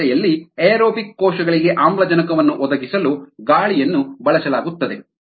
ಇದರ ಜೊತೆಯಲ್ಲಿ ಏರೋಬಿಕ್ ಕೋಶಗಳಿಗೆ ಆಮ್ಲಜನಕವನ್ನು ಒದಗಿಸಲು ಗಾಳಿಯನ್ನು ಬಳಸಲಾಗುತ್ತದೆ